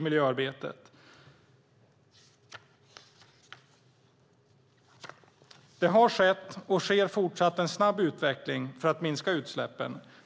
miljöarbetet. Det har skett och sker fortsatt en snabb utveckling för att minska utsläppen.